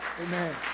Amen